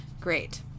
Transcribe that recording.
great